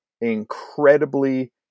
incredibly